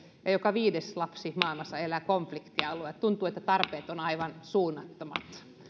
ja joka viides lapsi maailmassa elää konfliktialueella tuntuu että tarpeet ovat aivan suunnattomat